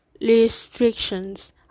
restrictions